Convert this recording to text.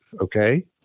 okay